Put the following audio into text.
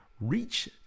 reach